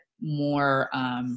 more